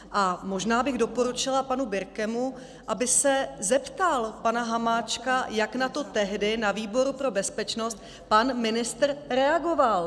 A možná bych doporučila panu Birkemu, aby se zeptal pana Hamáčka, jak na to tehdy na výboru pro bezpečnost pan ministr reagoval.